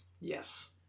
Yes